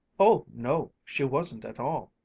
oh no, she wasn't at all.